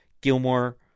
Gilmore